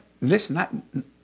listen